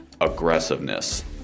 aggressiveness